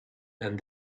and